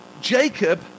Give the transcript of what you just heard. Jacob